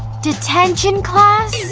detention class?